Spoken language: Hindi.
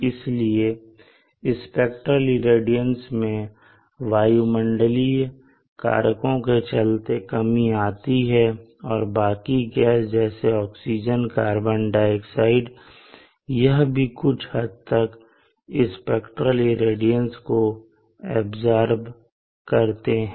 इसलिए स्पेक्ट्रल इरेडियंस में वायुमंडलीय कारकों के चलते कमी आती है और बाकी गैस जैसे ऑक्सीजन और कार्बन डाइऑक्साइड यह भी कुछ हद तक स्पेक्ट्रल इरेडियंस को ऐब्सॉर्ब करते हैं